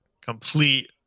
complete